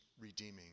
redeeming